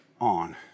on